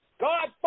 God